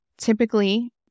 Typically